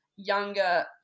Younger